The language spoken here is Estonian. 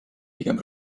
pigem